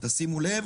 שימו לב